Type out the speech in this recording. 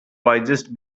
wisest